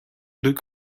look